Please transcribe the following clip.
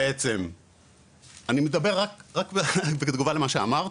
אני מדבר רק בתגובה למה שאמרת,